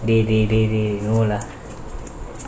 dey dey dey you know lah